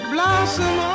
Blossom